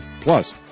Plus